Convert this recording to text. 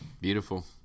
beautiful